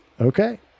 Okay